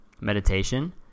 meditation